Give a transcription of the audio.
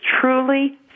truly